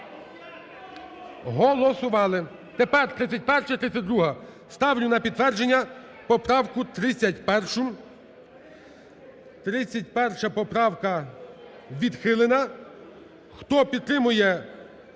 Голосували. Тепер 31-а і 32-а. Ставлю на підтвердження поправку 31-у. 31 поправка відхилена. Хто підтримує